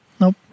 Nope